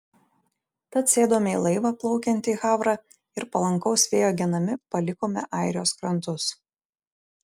tad sėdome į laivą plaukiantį į havrą ir palankaus vėjo genami palikome airijos krantus